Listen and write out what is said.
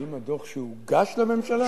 האם הדוח שהוגש לממשלה,